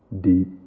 deep